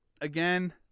again